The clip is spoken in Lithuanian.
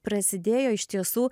prasidėjo iš tiesų